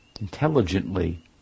intelligently